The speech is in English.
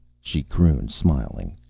she crooned, smiling.